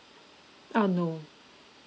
uh no